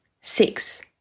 Six